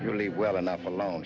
really well enough alone